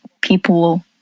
people